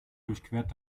durchquert